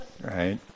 right